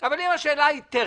אבל אם השאלה היא טכנית,